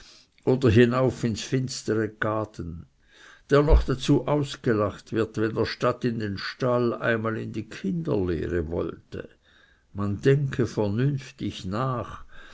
oder hinauf ins finstere gaden der noch dazu ausgelacht wird wenn er statt in den stall einmal in die kinderlehre wollte man denke vernünftig nach